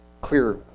clear